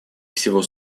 всего